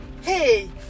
hey